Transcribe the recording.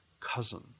cousin